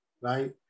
right